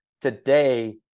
Today